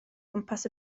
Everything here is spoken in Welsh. gwmpas